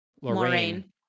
Lorraine